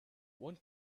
one